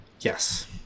Yes